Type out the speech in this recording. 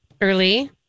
early